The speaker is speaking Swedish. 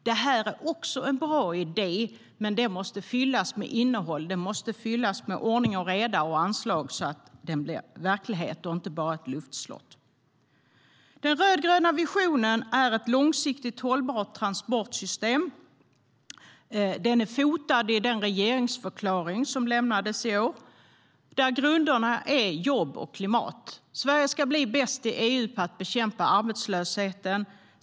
Detta är också en bra idé, men det måste fyllas med innehåll, med ordning och reda och anslag så att det blir verklighet och inte bara ett luftslott. Den rödgröna visionen är ett långsiktigt hållbart transportsystem. Den är fotad i den regeringsförklaring som lämnades i år där grunderna är jobb och klimat. Sverige ska bli bäst i EU på att bekämpa arbetslösheten.